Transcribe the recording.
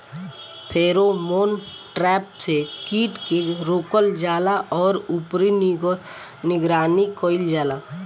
Pheromone trap से कीट के रोकल जाला और ऊपर निगरानी कइल जाला?